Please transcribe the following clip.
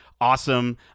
Awesome